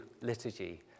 liturgy